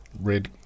red